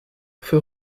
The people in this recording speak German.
für